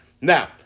Now